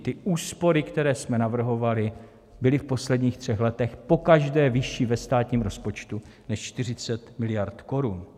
Ty úspory, které jsme navrhovali, byly v posledních třech letech pokaždé vyšší ve státním rozpočtu než 40 miliard korun.